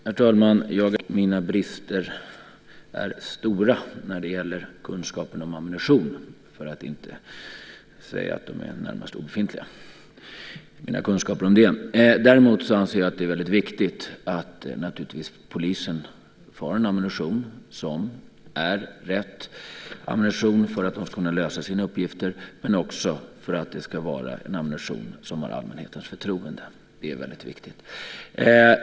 Herr talman! Jag är inte heller jägare, och mina brister är stora när det gäller kunskap om ammunition, för att inte säga att mina kunskaper om detta är närmast obefintliga. Däremot anser jag att det naturligtvis är väldigt viktigt att polisen får en ammunition som är rätt ammunition för att de ska kunna lösa sina uppgifter, men också för att det ska vara en ammunition som har allmänhetens förtroende. Det är väldigt viktigt.